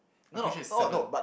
I'm pretty sure is seven